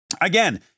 again